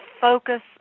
focus